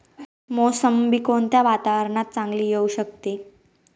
मोसंबी कोणत्या वातावरणात चांगली येऊ शकते?